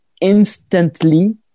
instantly